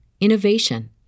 innovation